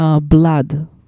blood